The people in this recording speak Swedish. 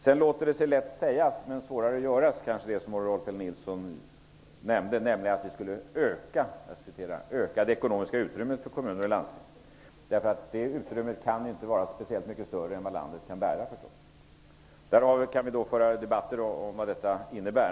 Det låter sig lätt sägas men svårare att göras att öka det ekonomiska utrymmet för kommuner och landsting, som Rolf L Nilson föreslår. Det utrymmet kan inte vara speciellt mycket större än vad landet kan bära. Vi kan föra debatter om vad detta innebär.